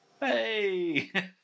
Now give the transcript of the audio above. Hey